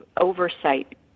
oversight